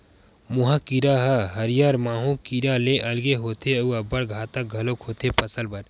मोहा कीरा ह हरियर माहो कीरा ले अलगे होथे अउ अब्बड़ घातक घलोक होथे फसल बर